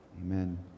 Amen